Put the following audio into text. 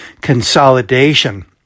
consolidation